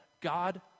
God